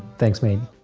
thanks mate!